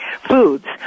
foods